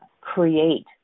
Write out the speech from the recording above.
create